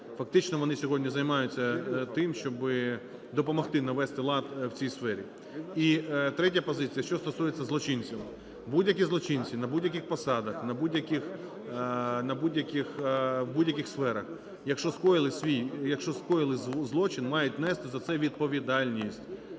Фактично вони сьогодні займаються тим, щоби допомогти навести лад в цій сфері. І третя позиція: що стосується злочинців. Будь-які злочинці на будь-яких посадах, на будь-яких… в будь-яких сферах, якщо скоїли свій… якщо скоїли злочин, мають нести за це відповідальність.